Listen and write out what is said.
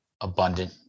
abundant